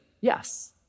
yes